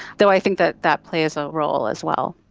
though i think that that plays a role as well.